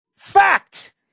FACT